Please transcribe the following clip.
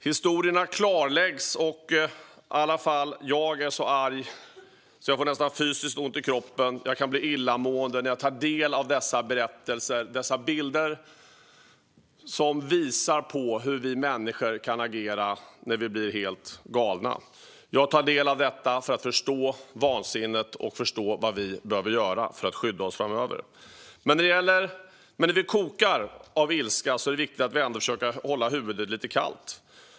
Historierna klarläggs, och i alla fall jag är så arg så att jag nästan får fysiskt ont i kroppen och kan bli illamående när jag tar del av dessa berättelser och bilder som visar på hur vi människor kan agera när vi blir helt galna. Jag tar del av detta för att förstå vansinnet och förstå vad vi behöver göra för att skydda oss framöver. Men när vi kokar av ilska är det ändå viktigt att vi försöker hålla huvudet lite kallt.